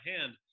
hand